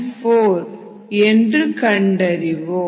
94 என்று கண்டறிவோம்